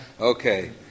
Okay